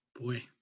boy